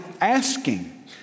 asking